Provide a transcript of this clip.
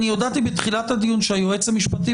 הנה, קיבלת עוד סרטון ביצירתיות שמאפיינת אותך.